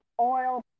oil